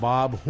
Bob